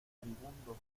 moribundo